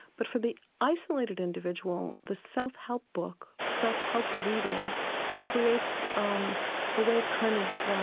but for the isolated individual the self-help book, self-help reading creates um a way of kind of